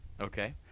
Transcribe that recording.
Okay